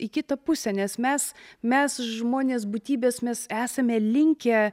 į kitą pusę nes mes mes žmonės būtybės mes esame linkę